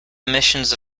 emissions